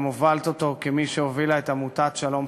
הובלת אותו כמי שהובילה את עמותת "שלום,